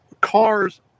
cars